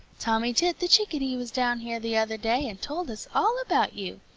tommy tit the chickadee was down here the other day and told us all about you.